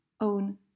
own